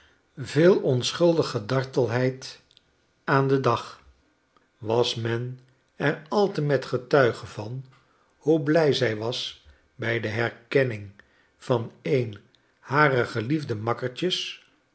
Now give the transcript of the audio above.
veel onschuldige dartelheid aan den dag was men er altemet getuige van hoe blij zij was bij de herkenning van een harer geliefde makkertjes